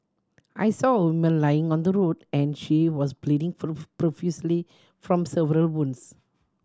I saw a woman lying on the road and she was bleeding profusely from several wounds